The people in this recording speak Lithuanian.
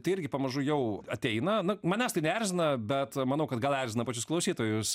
tai irgi pamažu jau ateina na manęs tai neerzina bet manau kad gal erzina pačius klausytojus